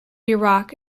iraq